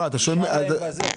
נמשיך את הדיון הזה.